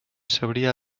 cebrià